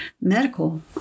medical